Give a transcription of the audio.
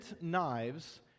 knives